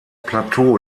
plateau